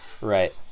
Right